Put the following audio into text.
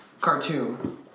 Cartoon